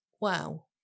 Wow